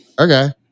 okay